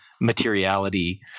materiality